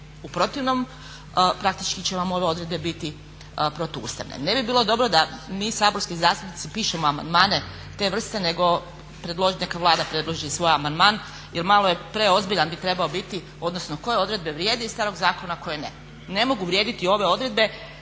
U protivnom praktički će vam ove odredbe biti protuustavne. Ne bi bilo dobro da mi saborski zastupnici pišemo amandmane te vrste nego neka Vlada predloži svoj amandman jer malo preozbiljan bi trebao biti, odnosno koje odredbe vrijede iz starog zakona, koje ne. Ne mogu vrijediti ove odredbe